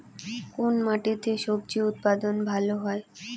কোন মাটিতে স্বজি উৎপাদন ভালো হয়?